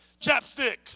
Chapstick